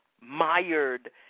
mired